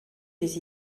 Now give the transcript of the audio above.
les